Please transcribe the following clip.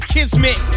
Kismet